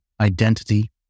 identity